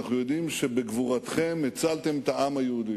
אנחנו יודעים שבגבורתכם הצלתם את העם היהודי.